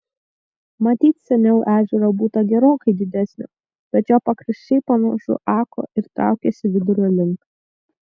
matyt seniau ežero būta gerokai didesnio bet jo pakraščiai pamažu ako ir traukėsi vidurio link